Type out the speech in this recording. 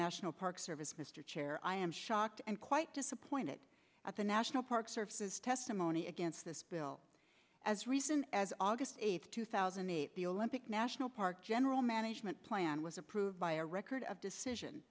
national park service mr chair i am shocked and quite disappointed at the national park service is testimony against this bill as recent as august eighth two thousand and eight the olympic national park general management plan was approved by a record of decision